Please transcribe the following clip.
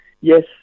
Yes